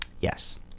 yes